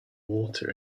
water